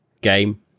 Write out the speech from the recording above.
game